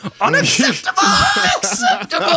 Unacceptable